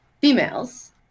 females